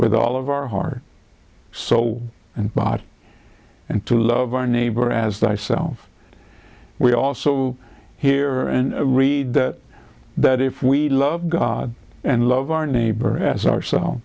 with all of our heart soul and body and to love our neighbor as thyself we also hear and read that that if we love god and love our neighbor as ourselves